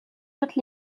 toutes